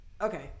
Okay